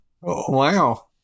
Wow